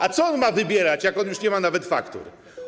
A co on ma wybierać, jak już nie ma nawet faktur?